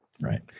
right